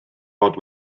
bod